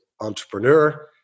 entrepreneur